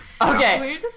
Okay